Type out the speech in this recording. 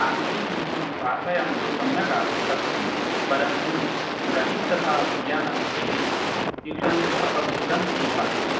आङ्गले हिन्दीभाषायां तु सम्यक् आ अस्ति परन्तु गणिते तथा विज्ञानविषये ट्यूशन् अपेक्षितम् इति भाति